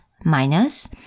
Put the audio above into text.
minus